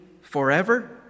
forever